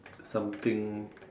something